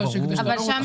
זה החברה הממשלתית.